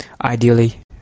ideally